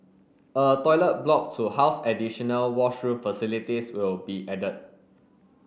a toilet block to house additional washroom facilities will be added